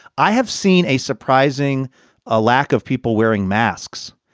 i have seen a surprising ah lack of people wearing masks,